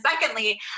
secondly